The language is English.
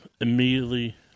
immediately